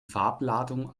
farbladung